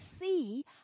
see